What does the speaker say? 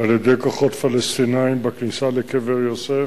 על-ידי כוחות פלסטיניים בכניסה לקבר יוסף,